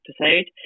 episode